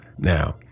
Now